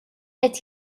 qed